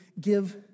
give